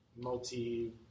multi-